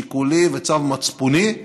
שיקולי וצו מצפוני,